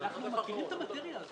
אנחנו מכירים את המטריה הזאת.